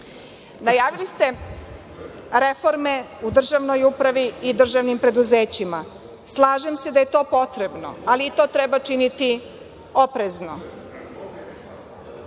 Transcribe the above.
tereta. Najavili ste reforme u državnoj upravi i državnim preduzećima. Slažem se da je to potrebno, ali i to treba činiti oprezno.